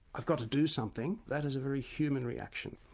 i've got to do something that is a very human reaction.